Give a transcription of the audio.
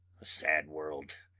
a sad world,